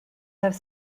have